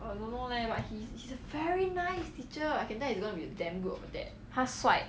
他帅